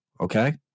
Okay